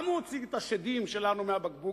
גם הוא הוציא את השדים שלנו מהבקבוק,